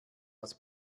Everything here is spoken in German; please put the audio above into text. aus